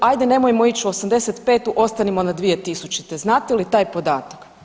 Hajde nemojmo ići u 85., ostanemo na 2000. znate li taj podatak?